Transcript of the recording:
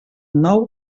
nou